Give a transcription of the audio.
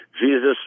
Jesus